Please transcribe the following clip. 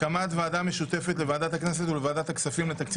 הקמת ועדה משותפת לוועדת הכנסת ולוועדת הכספים לתקציב